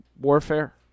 warfare